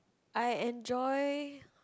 I enjoy